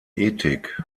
ethik